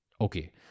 Okay